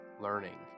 learning